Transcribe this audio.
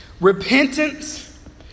Repentance